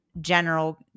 general